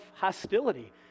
hostility